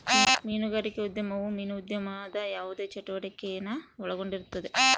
ಮೀನುಗಾರಿಕೆ ಉದ್ಯಮವು ಮೀನು ಉದ್ಯಮದ ಯಾವುದೇ ಚಟುವಟಿಕೆನ ಒಳಗೊಂಡಿರುತ್ತದೆ